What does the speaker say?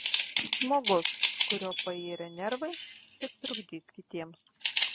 žmogus kurio pairę nervai tik trukdys kitiems